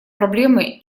проблемой